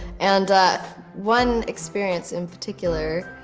and one experience in particular,